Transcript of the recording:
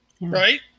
Right